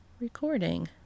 recording